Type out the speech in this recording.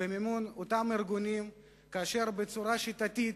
במימון אותם ארגונים, כאשר בצורה שיטתית